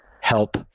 help